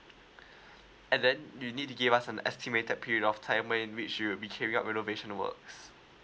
and then you need to give us an estimated period of time when reach you'll be carry out renovation works